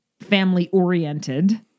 family-oriented